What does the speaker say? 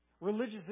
Religious